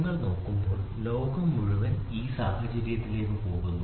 നിങ്ങൾ നോക്കുമ്പോൾ ലോകം മുഴുവൻ ഈ സാഹചര്യത്തിലേക്ക് പോകുന്നു